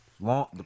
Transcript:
long